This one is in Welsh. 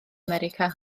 america